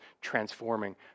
transforming